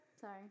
Sorry